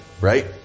Right